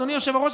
אדוני היושב-ראש,